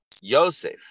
Yosef